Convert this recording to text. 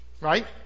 right